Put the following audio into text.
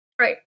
right